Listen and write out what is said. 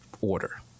order